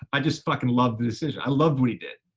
i just fucking loved the decision. i loved what he did.